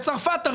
שבצרפת,